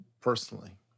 personally